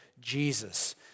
Jesus